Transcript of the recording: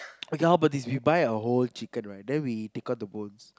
okay how about this we buy a whole chicken right then we take out the bones